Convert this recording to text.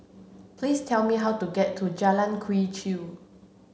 please tell me how to get to Jalan Quee Chew